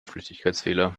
flüchtigkeitsfehler